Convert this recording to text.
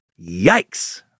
Yikes